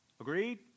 Agreed